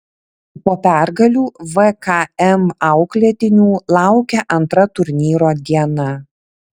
po pergalių vkm auklėtinių laukė antra turnyro diena